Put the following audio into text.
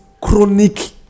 chronic